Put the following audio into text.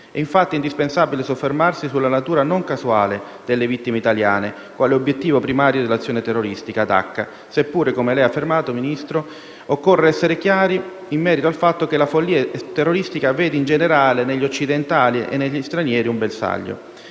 È infatti indispensabile soffermarsi sulla natura non casuale delle vittime italiane quale obiettivo primario dell'azione terroristica a Dacca, seppure (come da lei affermato, signor Ministro) occorre essere chiari in merito al fatto che «la follia terroristica vede in generale negli occidentali e negli stranieri un bersaglio».